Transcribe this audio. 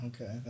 okay